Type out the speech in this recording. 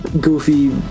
Goofy